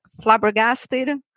flabbergasted